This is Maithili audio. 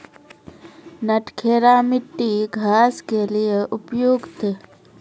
नटखेरा मिट्टी घास के लिए उपयुक्त?